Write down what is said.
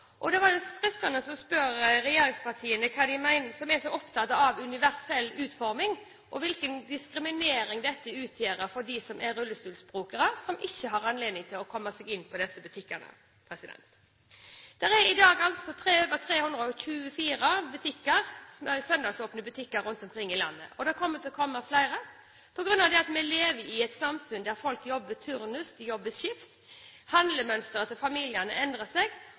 Det kunne være fristende å spørre regjeringspartiene – som er så opptatt av universell utforming – om hva de mener om hvilken diskriminering dette utgjør for dem som er rullestolbrukere, som ikke har anledning til å komme seg inn i disse butikkene. Det er i dag over 324 søndagsåpne butikker rundt omkring i landet, og det kommer til å komme flere på grunn av at vi lever i et samfunn der folk jobber turnus, jobber skift, handlemønsteret til familiene endrer seg